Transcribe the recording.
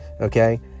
Okay